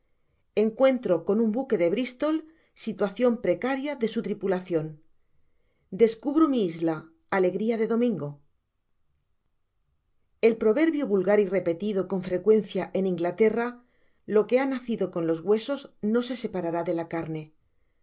encuentro con un buque de bristol situacion precaria de su tripulacion descubro mi isla alegria de domingo el proverbio vulgar y repetido con frecuencia en inglaterra lo que ha nacido con los huesos no se separará de la carne i